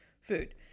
food